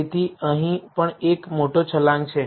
તેથી અહીં પણ એક મોટો છલાંગ છે